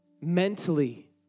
mentally